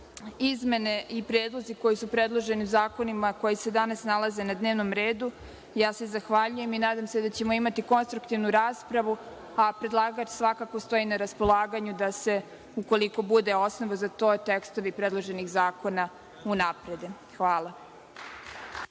izmene i predlozi koji su predloženi u zakonima koji se danas nalaze na dnevnom redu. Zahvaljujem se i nadam se da ćemo imati konstruktivnu raspravu, a predlagač svakako stoji na raspolaganju da se, ukoliko bude osnova za to, tekstovi predloženih zakona unaprede. Hvala.